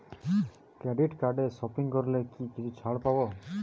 Credit কার্ডে shopping করলে কি কিছু ছাড় পাব?